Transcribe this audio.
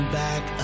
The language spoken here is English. back